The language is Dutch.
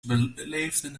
beleefden